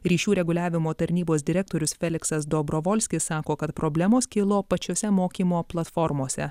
ryšių reguliavimo tarnybos direktorius feliksas dobrovolskis sako kad problemos kilo pačiose mokymo platformose